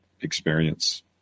experience